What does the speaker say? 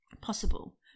possible